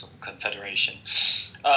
confederation